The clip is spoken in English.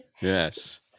yes